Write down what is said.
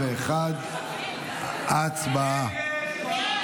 51. הצבעה.